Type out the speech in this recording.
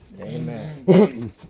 Amen